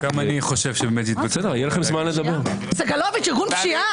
--- ארגון פשיעה?